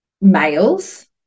males